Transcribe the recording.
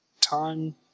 time